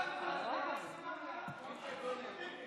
62), התשפ"א 2020, נתקבל.